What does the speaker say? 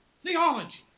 theology